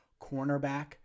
Cornerback